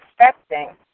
expecting